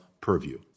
purview